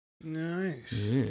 Nice